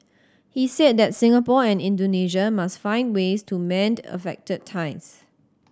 he said that Singapore and Indonesia must find ways to mend affected ties